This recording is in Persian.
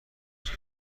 است